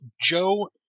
Joe